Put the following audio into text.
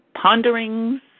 Ponderings